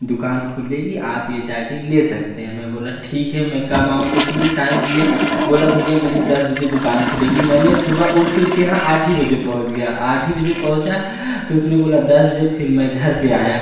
दुकान खुलेगी आप यह जैकेट ले सकते हैं मैं बोला ठीक है मैं कब आऊं तो उसने टाइम दिया बोला भैया मेरी दस बजे दुकान खुलेगी मैंने सुबह उठकर उसके यहाँ आठ ही बजे पहुँच गया आठ ही बजे पहुँचा तो उसने बोला दस बजे फ़िर मैं घर पर आया